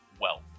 wealth